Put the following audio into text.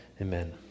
amen